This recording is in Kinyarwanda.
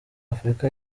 afurika